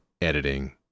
editing